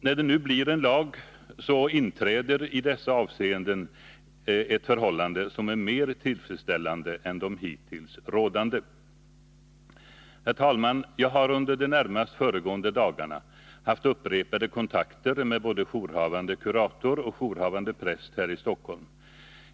När det nu blir en lag, inträder i dessa avseenden ett förhållande som är mer tillfredsställande än det hittills rådande. Herr talman! Jag har under de närmast föregående dagarna haft upprepade kontakter med både jourhavande kurator och jourhavande präst här i Stockholm.